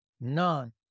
none